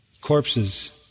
corpses